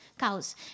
Cows